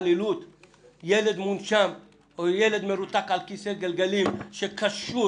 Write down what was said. ילד מונשם או ילד שמרותק לכיסא גלגלים שקשור